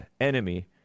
enemy